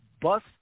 bus